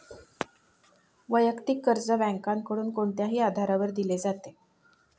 वैयक्तिक कर्ज बँकांकडून कोणत्याही आधारावर दिले जाते